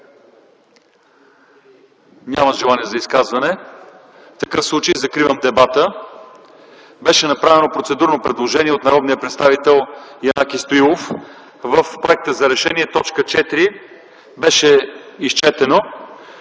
Няма желания за изказване. В такъв случай закривам дебата. Беше направено процедурно предложение от народния представител Янаки Стоилов. В Проекта за решение, т. 4 беше изчетено: